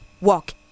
walk